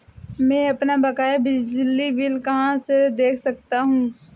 मैं अपना बकाया बिजली का बिल कहाँ से देख सकता हूँ?